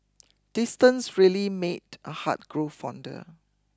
distance really made a heart grow fonder